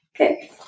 Okay